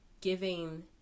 giving